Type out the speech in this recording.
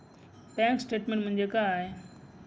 Bank statement म्हणजे काय?